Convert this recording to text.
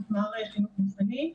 מפמ"ר חינוך גופני,